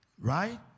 Right